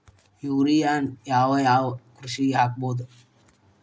ಯೂರಿಯಾನ ಯಾವ್ ಯಾವ್ ಕೃಷಿಗ ಹಾಕ್ಬೋದ?